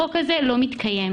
החוק הזה לא מתקיים.